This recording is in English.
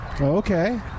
Okay